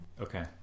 okay